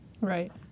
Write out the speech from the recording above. Right